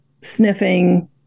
sniffing